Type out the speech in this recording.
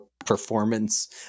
Performance